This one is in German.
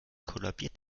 kollabiert